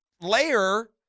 layer